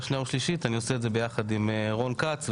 שנייה ושלישית אני עושה יחד עם רון כץ,